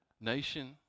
nation